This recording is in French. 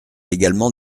également